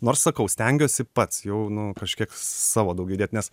nors sakau stengiuosi pats jau nu kažkiek savo daug įdėt nes